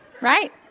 Right